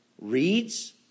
reads